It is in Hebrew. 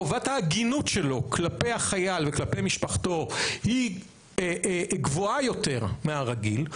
חובת ההגינות שלו כלפי החייל וכלפי משפחתו היא גבוהה יותר מהרגיל,